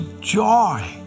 joy